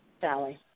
Sally